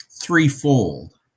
Threefold